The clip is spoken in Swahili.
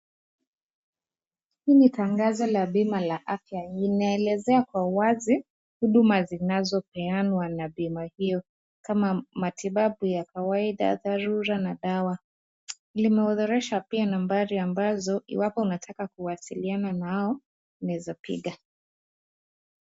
Hii ni tangazo la bima la afya, inaelezea kwa wazi huduma zinazopeanwa na bima hio kama matibabu ya kawaida, dharura na dawa. Limeorodhesha nambari ambazo iwapo unataka kuwasiliana nao unaeza piga.